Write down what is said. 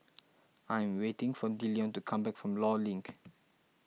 I am waiting for Dillion to come back from Law Link